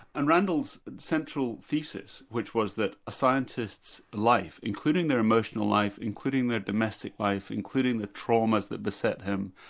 and randal's central thesis, which was that a scientist's life, including their emotional life, including their domestic life, including the traumas that beset him,